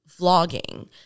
vlogging